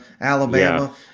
alabama